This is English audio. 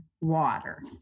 water